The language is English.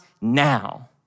now